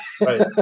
Right